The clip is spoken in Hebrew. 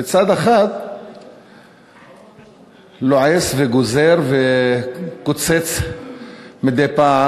וצד אחד לועס וגוזר וקוצץ מדי פעם,